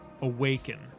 Awaken